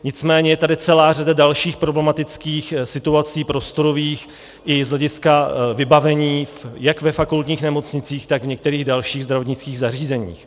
Nicméně je tady celá řada dalších problematických situací prostorových i z hlediska vybavení jak ve fakultních nemocnicích, tak v některých dalších zdravotnických zařízeních.